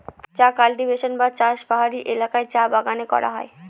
চা কাল্টিভেশন বা চাষ পাহাড়ি এলাকায় চা বাগানে করা হয়